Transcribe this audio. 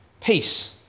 Peace